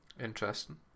Interesting